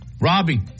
Robbie